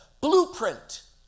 blueprint